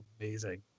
amazing